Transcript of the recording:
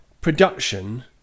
production